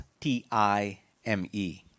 T-I-M-E